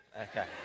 Okay